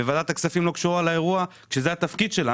ועדת הכספים לא קשורה לאירוע כאשר זה התפקיד שלה.